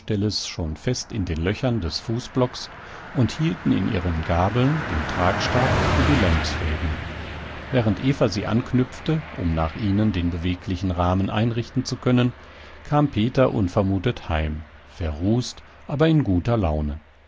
schon fest in den löchern des fußblocks und hielten in ihren gabeln den tragstab für die längsfäden während eva sie anknüpfte um nach ihnen den beweglichen rahmen einrichten zu können kam peter unvermutet heim verrußt aber in guter laune